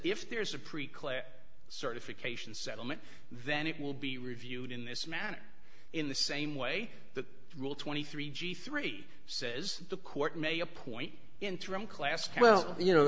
if there's a preclear certification settlement then it will be reviewed in this matter in the same way that rule twenty three g three says the court may appoint interim class well you know